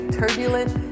turbulent